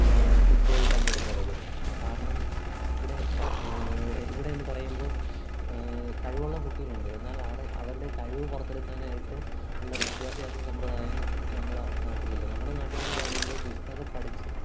ഫുട്ബോളിൽ പങ്കെടുക്കാത്തത് കാരണം ഇവിടെ ഇവിടെ എന്ന് പറയുമ്പോൾ കഴിവുള്ള കുട്ടികളുണ്ട് എന്നാൽ അവരുടെ കഴിവ് പുറത്തെടുക്കാൻ ആയിട്ട് ഉള്ള വിദ്യാഭ്യാസ സമ്പ്രദായം നമ്മളെ നാട്ടിലില്ല നമ്മുടെ നാട്ടിൽ എന്ന് പറയുമ്പോൾ പുസ്തകം പഠിച്ച്